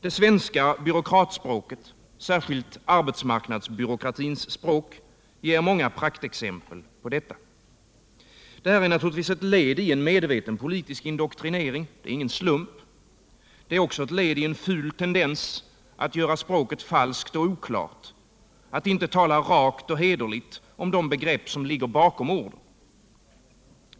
Det svenska byråkratspråket, särskilt arbetsmarknadsbyråkratins språk, ger många praktexempel på detta. Detta är naturligtvis ett led i en medveten politisk indoktrinering. Det är ingen slump. Det finns också en ful tendens att göra språket falskt och oklart, att inte tala rakt och hederligt om de begrepp som ligger bakom orden.